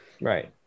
right